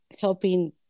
helping